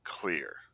clear